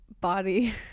body